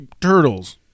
turtles